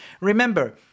remember